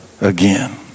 again